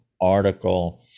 article